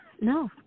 No